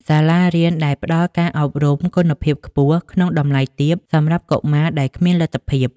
សាលារៀនដែលផ្តល់ការអប់រំគុណភាពខ្ពស់ក្នុងតម្លៃទាបសម្រាប់កុមារដែលគ្មានលទ្ធភាព។